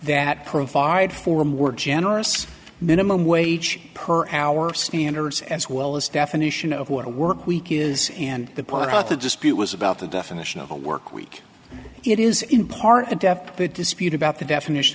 that provide for a more generous minimum wage per hour standards as well as definition of what a workweek is and the point about the dispute was about the definition of a work week it is in part a depth of dispute about the definition